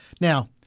Now